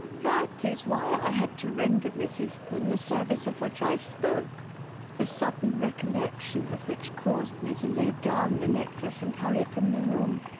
that is why i had to render miss eastman the service of which i spoke the sudden recollection of which caused me to lay down the necklace and hurry from the room.